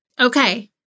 Okay